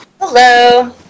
hello